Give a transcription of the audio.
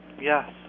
Yes